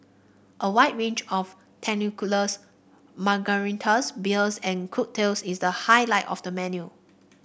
a wide range of tequilas margaritas beers and cocktails is the highlight of the menu